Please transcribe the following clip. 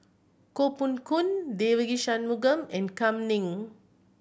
Koh Poh Koon Devagi Sanmugam and Kam Ning